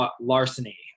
larceny